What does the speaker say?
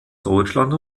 deutschland